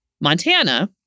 Montana